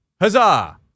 Huzzah